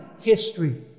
history